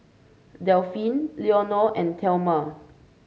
Delphine Leonor and Thelma